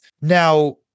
Now